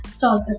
solve